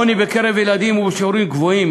העוני בקרב ילדים הוא בשיעורים גבוהים.